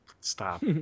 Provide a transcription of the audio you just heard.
Stop